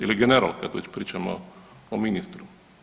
Ili general kad već pričamo o ministru?